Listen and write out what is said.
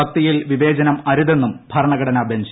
ഭക്തിയിൽ വിവേചനം അരുതെന്നും ഭരണഘടനാ ബഞ്ച്